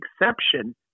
exception